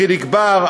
חיליק בר,